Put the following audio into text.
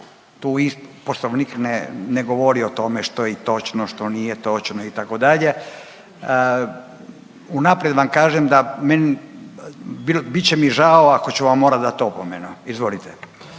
tu Poslovnik ne govori o tome što je točno, što nije točno itd. Unaprijed vam kažem da meni, bit će mi žao ako ću vam morati dati opomenu. Izvolite.